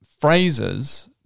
phrases